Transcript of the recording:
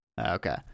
Okay